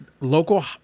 local